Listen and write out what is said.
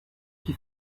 qui